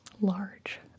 large